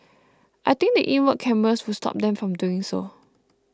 I think the inward cameras would stop them from doing so